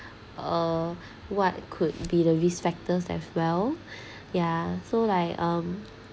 uh what could be the risk factors as well ya so like um